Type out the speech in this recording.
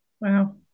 wow